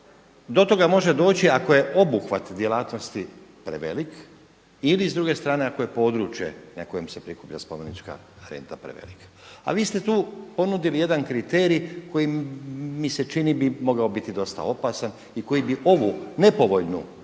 do toga može doći ako je obuhvat djelatnosti prevelik ili s druge strane ako je područje na kojem se prikuplja spomenička renta prevelik. A vi ste tu ponudili jedan kriterij koji mi se čini bi mogao biti dosta opasan i koji bi ovu nepovoljnu tendenciju